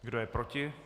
Kdo je proti?